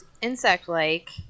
insect-like